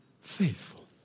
faithful